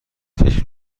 فکر